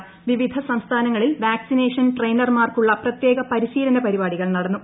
കൃഷ്ടിവിധ സംസ്ഥാനങ്ങളിൽ വാക്സിനേഷൻ ട്രെയിനർമാർക്കുള്ളൂ പ്രപ്ത്യേക പരിശീലന പരിപാടി കൾ നടന്നു